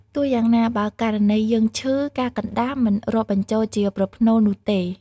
ទោះយ៉ាងណា បើករណីយើងឈឺ ការកណ្ដាស់មិនរាប់បញ្វូលជាប្រផ្នូលនោះទេ។